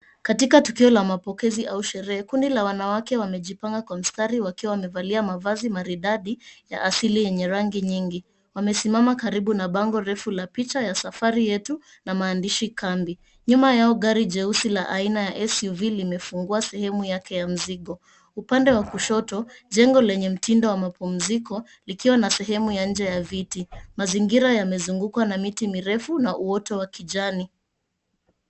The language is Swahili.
Katika kituo la mapokezi au sherehe, kundi la wanawake wamejipanga kwa mstari wakiwa wamevalia mavazi maridadi ya asili yenye rangi nyingi. Wamesimama karibu na bango refu la picha ya safari yetu na maandishi kambi. Nyuma yao, gari jeusi la aina ya SUV limefungua sehemu yake ya mzigo. Upande wa kushoto , jengo lenye mtindo wa mapumziko, likiwa na sehemu ya nje ya viti. Mazingira yamezungukwa na miti mirefu na uoto wa kijani.